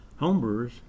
homebrewers